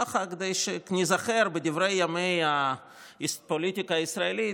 כדי שניזכר בדברי ימי הפוליטיקה הישראלית,